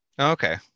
Okay